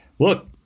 Look